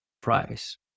price